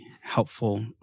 helpful